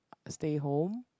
stay home